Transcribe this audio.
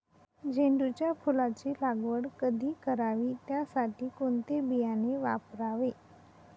झेंडूच्या फुलांची लागवड कधी करावी? त्यासाठी कोणते बियाणे वापरावे?